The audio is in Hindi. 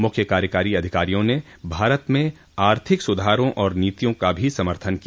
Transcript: मुख्य कार्यकारी अधिकारिया ने भारत में आर्थिक सुधारों और नीतियों का भी समर्थन किया